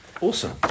Awesome